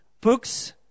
books